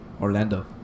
Orlando